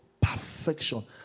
Perfection